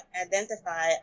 identify